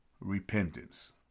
repentance